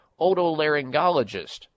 otolaryngologist